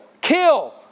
kill